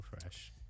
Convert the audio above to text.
fresh